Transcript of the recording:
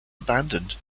abandoned